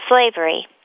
slavery